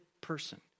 person